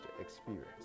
experience